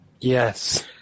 Yes